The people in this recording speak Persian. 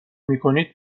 میکنید